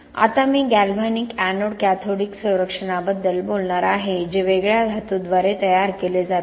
आता मी galvanic anode cathodic संरक्षणाबद्दल बोलणार आहे जे वेगळ्या धातूद्वारे तयार केले जाते